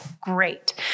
Great